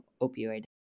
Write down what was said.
opioid